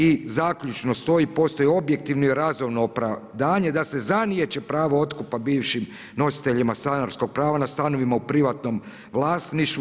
I zaključno stoji postoji objektivno razumno opravdanje da se zaniječe pravo otkupa bivšim nositeljima stanarskog prava na stanovima u privatnom vlasništvu.